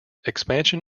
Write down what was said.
expansion